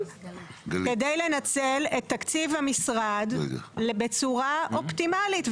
כדי לנצל את תקציב המשרד בצורה אופטימלית,